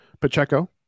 Pacheco